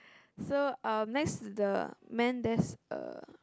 so um next to the man there's uh